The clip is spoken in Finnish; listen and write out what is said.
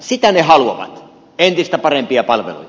sitä he haluavat entistä parempia palveluja